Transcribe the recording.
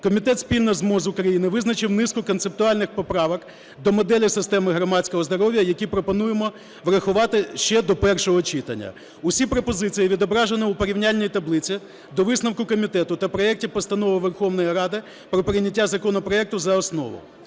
комітет спільно з МОЗ України визначив низку концептуальних поправок до моделі системи громадського здоров'я, які пропонуємо врахувати ще до першого читання. Усі пропозиції відображено в порівняльній таблиці до висновку комітету та в проекті постанови Верховної Ради про прийняття законопроекту за основу.